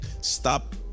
stop